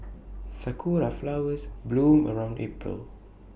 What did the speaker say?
Sakura Flowers bloom around April